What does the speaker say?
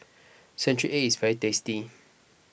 Century Egg is very tasty